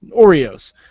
Oreos